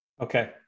okay